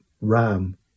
RAM